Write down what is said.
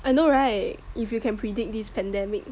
I know right if you can predict this pandemic